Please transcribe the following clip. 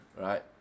right